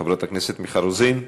חברת הכנסת מיכל רוזין.